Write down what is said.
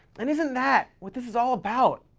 and isn't that what this is all about?